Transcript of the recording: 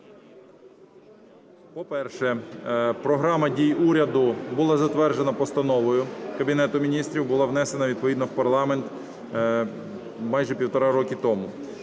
По-перше, Програма дій уряду була затверджена Постановою Кабінету Міністрів і була внесена відповідно в парламент майже півтора року тому.